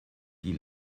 die